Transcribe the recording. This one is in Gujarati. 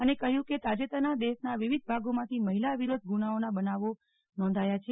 અને કહ્યું કે તાજેતરના દેશના વિવિધ ભાગોમાંથી મહિલા વિરોધ ગુનાઓ ના બનાવો નોંધાયા છે